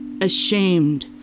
ashamed